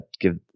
give